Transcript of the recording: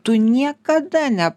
tu niekada ne